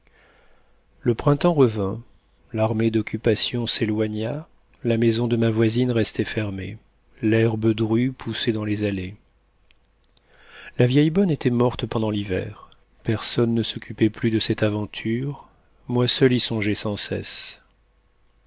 le printemps revint l'armée d'occupation s'éloigna la maison de ma voisine restait fermée l'herbe drue poussait dans les allées la vieille bonne était morte pendant l'hiver personne ne s'occupait plus de cette aventure moi seul y songeais sans cesse